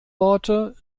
worte